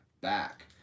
back